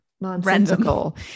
nonsensical